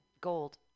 gold